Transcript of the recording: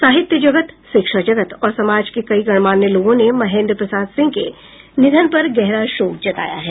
साहित्य जगत शिक्षा जगत और समाज के कई गणमान्य लोगों ने महेन्द्र प्रसाद सिंह के निधन पर गहरा शोक जताया है